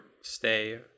stay